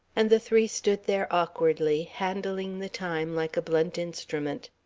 and the three stood there awkwardly, handling the time like a blunt instrument.